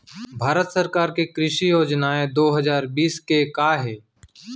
भारत सरकार के कृषि योजनाएं दो हजार बीस के का हे?